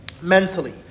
Mentally